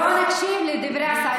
בוא נקשיב לדברי השר,